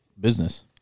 business